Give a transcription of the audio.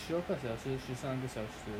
十二个小时十三个小时